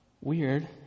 Weird